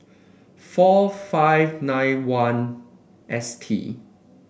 four five nine one S T